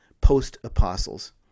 post-apostles